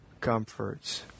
Comforts